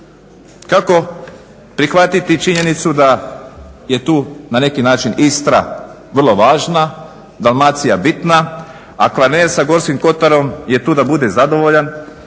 Kako prihvatiti činjenicu da je tu na neki način Istra vrlo važna, Dalmacija bitna, a Kvarner sa Gorskim kotarom je tu da bude zadovoljan